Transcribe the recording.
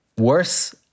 Worse